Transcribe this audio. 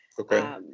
Okay